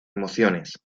emociones